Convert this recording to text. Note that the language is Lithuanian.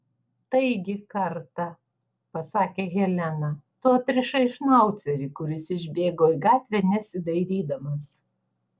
taigi kartą pasakė helena tu atrišai šnaucerį kuris išbėgo į gatvę nesidairydamas